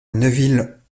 neuville